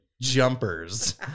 jumpers